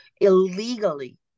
illegally